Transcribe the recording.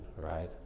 right